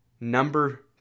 number